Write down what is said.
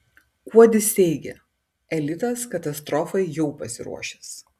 kuodis teigia elitas katastrofai jau pasiruošęs